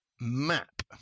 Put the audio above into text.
map